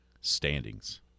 Standings